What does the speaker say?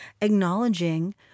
acknowledging